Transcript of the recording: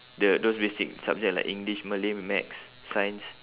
the those basic subject like english malay maths science